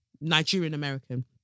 Nigerian-American